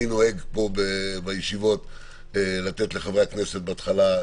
אני נותן פה בדרך כלל רשות דיבור לחברי הכנסת בשלב הזה,